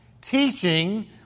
teaching